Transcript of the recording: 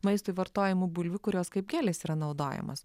maistui vartojamų bulvių kurios kaip gėlės yra naudojamas